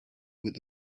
with